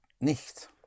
nicht